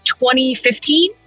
2015